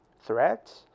threats